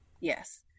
Yes